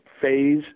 phase